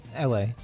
LA